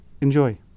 Enjoy